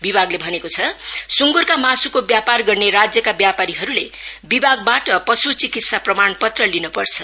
विभागले भनेको छ सुँगुरका मास्को व्यापार गर्ने राज्यका व्यापारीहरूले विभाग ाट पश्चिकित्सा प्रमाणपत्र लिन्पर्छ